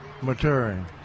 maturing